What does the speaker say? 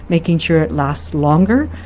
making sure it lasts longer.